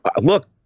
Look